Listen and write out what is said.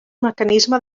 mecanisme